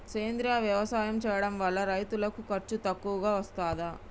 సేంద్రీయ వ్యవసాయం చేయడం వల్ల రైతులకు ఖర్చు తక్కువగా వస్తదా?